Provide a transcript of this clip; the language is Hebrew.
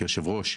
כיושב ראש,